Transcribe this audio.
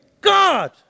God